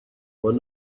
were